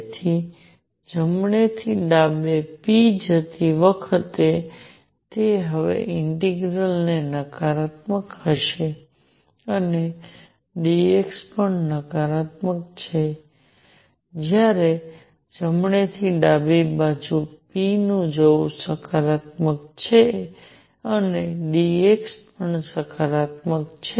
તેથી જમણે થી ડાબે p જતી વખતે તે હવે ઇન્ટિગ્રલ તે નકારાત્મક હશે છે અને d x પણ નકારાત્મક છે જ્યારે જમણે થી ડાબી બાજુ p જવું સકારાત્મક છે અને d x પણ સકારાત્મક છે